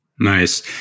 Nice